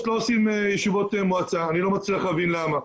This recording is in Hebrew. לא עושים ישיבות מועצה ואני לא מצליח להבין למה.